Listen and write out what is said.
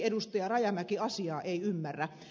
rajamäki asiaa ei ymmärrä